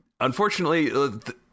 Unfortunately